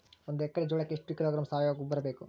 ಒಂದು ಎಕ್ಕರೆ ಜೋಳಕ್ಕೆ ಎಷ್ಟು ಕಿಲೋಗ್ರಾಂ ಸಾವಯುವ ಗೊಬ್ಬರ ಬೇಕು?